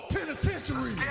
Penitentiary